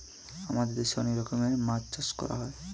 আমাদের দেশে অনেক রকমের মাছ চাষ করা হয়